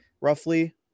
roughly